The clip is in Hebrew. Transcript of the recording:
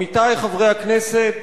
עמיתי חברי הכנסת,